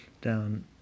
down